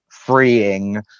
freeing